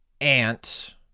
Ant